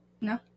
No